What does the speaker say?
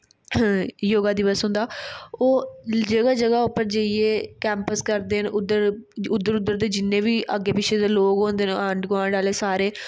योगा दिवस होंदा ओह् जगह जगह पर जाइयै कैम्पस करदे न उद्धर उद्धर दे जिन्ने बी अग्गें पिच्छें दे लोक होंदे न आंढ़ गुआंढ़ आह्ले सारे